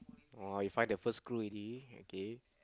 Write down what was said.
!wah! you find the first clue already okay